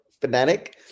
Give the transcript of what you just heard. fanatic